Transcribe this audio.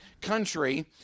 country